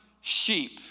sheep